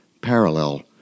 parallel